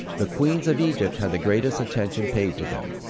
the queens of egypt had the greatest attention paid to them.